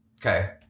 Okay